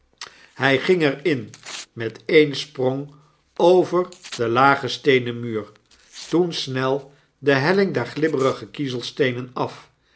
hy ging er in met e'en sprong over den lagen steenen muur toen snel de helling der glibberige kiezelsteenen af